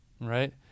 right